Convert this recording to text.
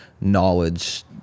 knowledge